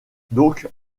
donc